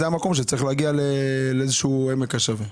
זה המקום שצריך להגיע לאיזה שהוא עמק השווה.